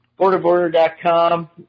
BorderBorder.com